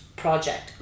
project